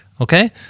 okay